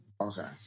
Okay